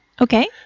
Okay